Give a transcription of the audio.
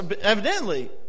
evidently